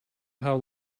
how